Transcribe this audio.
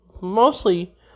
Mostly